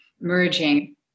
merging